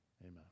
Amen